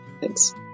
Thanks